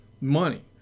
money